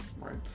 Right